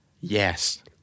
Yes